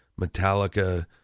Metallica